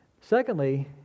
Secondly